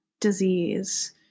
disease